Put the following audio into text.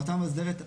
המועצה המאסדרת?